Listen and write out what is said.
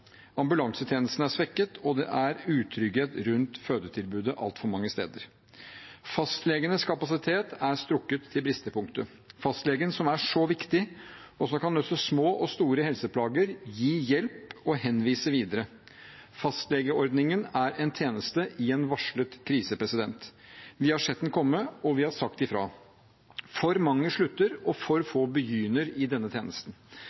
Ambulansetjenesten er svekket, og det er utrygghet rundt fødetilbudet altfor mange steder. Fastlegenes kapasitet er strukket til bristepunktet – fastlegen som er så viktig, og som kan løse små og store helseplager, gi hjelp og henvise videre. Fastlegeordningen er en tjeneste i en varslet krise. Vi har sett den komme, og vi har sagt fra. For mange slutter og for få begynner i denne tjenesten.